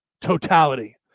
totality